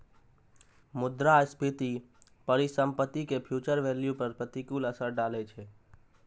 मुद्रास्फीति परिसंपत्ति के फ्यूचर वैल्यू पर प्रतिकूल असर डालै छै